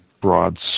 broad